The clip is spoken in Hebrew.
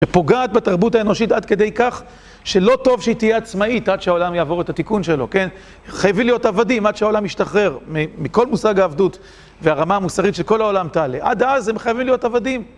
שפוגעת בתרבות האנושית עד כדי כך שלא טוב שהיא תהיה עצמאית עד שהעולם יעבור את התיקון שלו. כן, חייבים להיות עבדים עד שהעולם ישתחרר מכל מושג העבדות והרמה המוסרית שכל העולם תעלה. עד אז הם חייבים להיות עבדים.